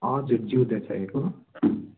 हजुर जिउँदो चाहिएको